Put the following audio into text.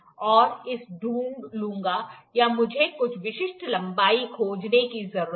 मैं इसे ढूंढ लूंगा या मुझे कुछ विशिष्ट लंबाई खोजने की जरूरत है